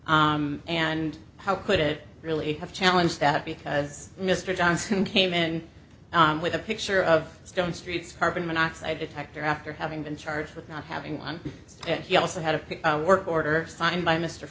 and how could it really have challenge that because mr johnson came in with a picture of stone street's carbon monoxide detector after having been charged with not having one and he also had a pick work order signed by mr